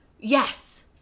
Yes